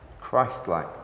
Christ-like